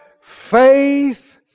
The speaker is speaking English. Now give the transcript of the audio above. faith